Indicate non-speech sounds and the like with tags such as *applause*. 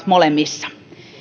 *unintelligible* molemmissa